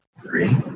three